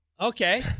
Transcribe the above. Okay